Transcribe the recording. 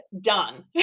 done